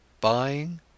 buying